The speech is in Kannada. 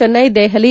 ಚೆನ್ನೈ ದೆಹಲಿ